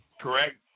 correct